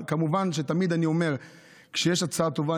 אבל כמובן תמיד אני אומר: כשיש הצעה טובה,